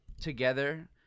together